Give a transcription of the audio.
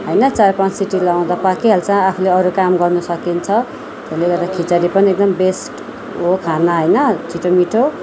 होइन चार पाँच सिटी लगाउँदा पाकिहाल्छ आफूले अरू काम गर्न सकिन्छ त्यसले गर्दा खिचडी पनि एकदम बेस्ट हो खाना होइन छिटो मिठो